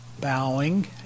bowing